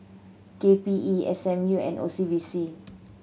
K P E S M U and O C B C